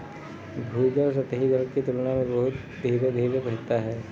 भूजल सतही जल की तुलना में बहुत धीरे धीरे बहता है